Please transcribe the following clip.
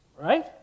right